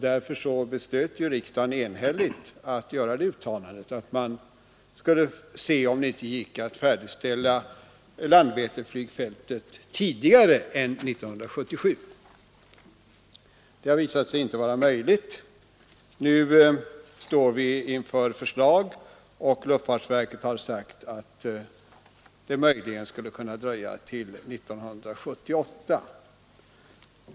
Därför beslöt också riksdagen enhälligt att göra det uttalandet att man skulle se om det inte gick att färdigställa Landvetterflygfältet tidigare än 1977. Det har visat sig inte vara möjligt. Nu har luftfartsverket sagt att det möjligen skulle kunna dröja till 1978.